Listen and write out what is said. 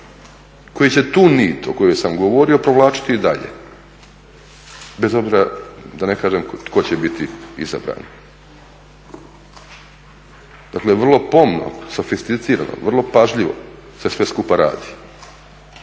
koji će tu nit u kojoj sam govorio provlačiti i dalje bez obzira tko će biti izabran. Dakle, vrlo pomno, sofisticirano, vrlo pažljivo se sve skupa radi.